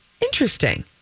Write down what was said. interesting